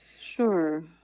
Sure